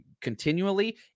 continually